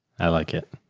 i like it.